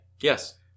Yes